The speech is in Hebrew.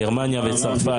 גרמניה וצרפת.